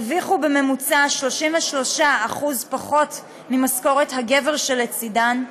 הן הרוויחו בממוצע 33% פחות ממשכורת הגבר שלצדן,